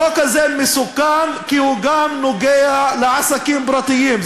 החוק הזה מסוכן כי הוא גם נוגע לעסקים פרטיים,